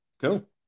Cool